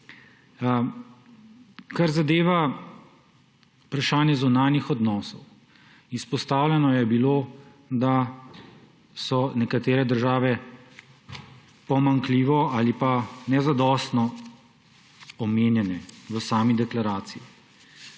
Kar zadeva vprašanje zunanjih odnosov. Izpostavljeno je bilo, da so nekatere države pomanjkljivo ali nezadostno omenjene v sami deklaraciji.